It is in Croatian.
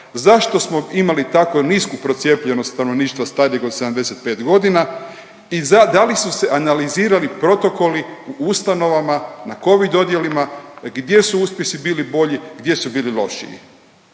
zašto smo imali takvu nisku procijepljenost stanovništva starijeg od 75 godina i da li su se analizirali protokoli u ustanovama na Covid odjelima, gdje su uspjesi bili bolji, gdje su bili lošiji.